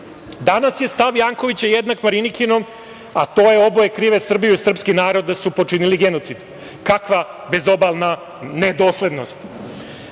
Danas je stav Jankovića jednak Marinikinom, a to je – oboje krive Srbiju i srpski narod da su počinili genocid. Kakva bezobalna nedoslednost. Pazite,